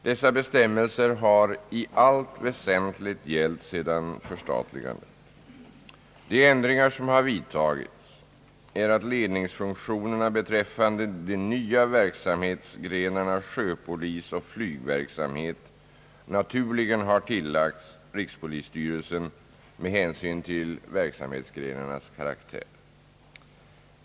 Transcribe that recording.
Dessa bestämmelser har i allt väsentligt gällt alltsedan förstatligandet. De ändringar som har vidtagits är att ledningsfunktionerna beträffande de nya verksamhetsgrenarna sjöpolis och flygverksamhet naturligen har tillagts rikspolisstyrelsen med hänsyn till verksamhetsgrenarnas karaktär.